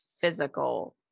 physical